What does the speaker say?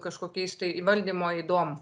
kažkokiais tai valdymo ydom